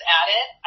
added